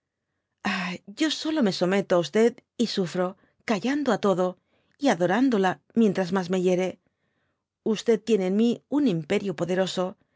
yo solo me someto á y sufro callando á todo y adorándola micfntras mas me hiere tiene en mi un imperio poderoso